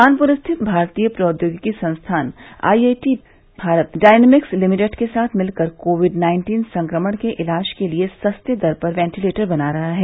कानपुर स्थित भारतीय प्रौद्योगिकी संस्थान आईआईटी भारत डायनेमिक्स लिमिटेड के साथ मिलकर कोविड नाइन्टीन संक्रमण के इलाज के लिए सस्ते दर पर वेंटिलेटर बना रहा है